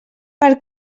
per